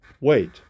wait